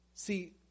See